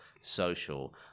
social